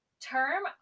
term